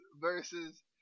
versus